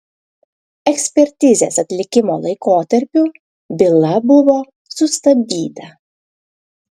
ekspertizės atlikimo laikotarpiu byla buvo sustabdyta